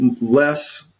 less